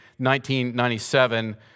1997